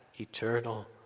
eternal